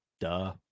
Duh